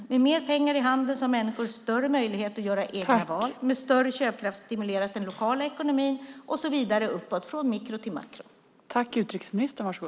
Med mer pengar i handen har människor större möjlighet att göra egna val. Med större köpkraft stimuleras den lokala ekonomin och så vidare uppåt - från mikro till makro.